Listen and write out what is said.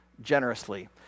generously